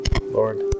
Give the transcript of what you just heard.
Lord